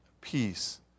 peace